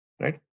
Right